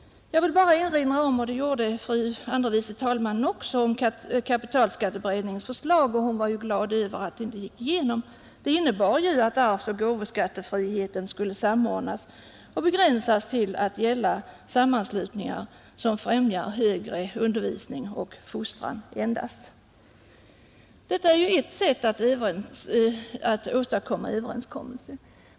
Jag vill bara erinra om — det gjorde fru andre vice talmannen också — kapitalskatteberedningens förslag, som fru Nettelbrandt var glad över att det inte gick igenom. Det innebar ju att arvsoch gåvoskattefriheten skulle samordnas och begränsas till att gälla sammanslutningar som främjar högre undervisning och fostran. Detta är ett sätt att åstadkomma överensstämmelse.